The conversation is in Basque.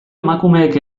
emakumeek